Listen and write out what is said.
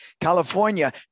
California